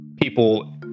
people